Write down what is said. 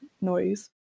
noise